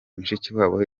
mushikiwabo